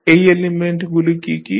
এই এলিমেন্টগুলি কী কী